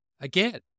again